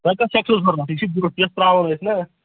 تۄہہِ کَۄس سیٚکھ چھو ضروٗرَت یہِ چھِ یۄس ترٛاوان أسۍ نا